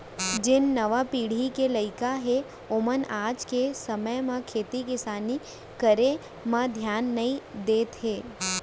जेन नावा पीढ़ी के लइका हें ओमन आज के समे म खेती किसानी करे म धियान नइ देत हें